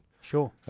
Sure